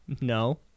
No